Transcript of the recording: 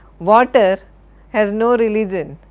water has no religion,